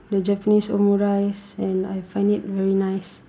the Japanese omu rice and I find it very nice